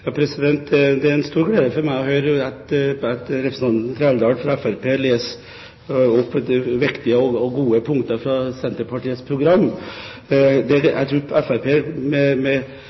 Det er en stor glede for meg å høre representanten Trældal fra Fremskrittspartiet lese opp viktige og gode punkter fra Senterpartiets program. Jeg tror Fremskrittspartiet med